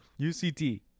UCT